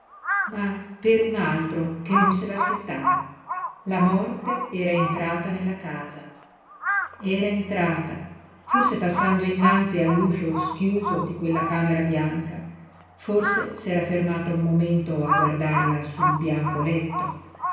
ma per un altro che non se l'aspettava la morte era entrata nella casa era entrata forse passando innanzi all'uscio schiuso di quella camera bianca forse s'era fermata un momento a guardarla sul bianco letto